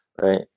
right